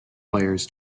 players